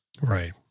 Right